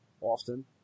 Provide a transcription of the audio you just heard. often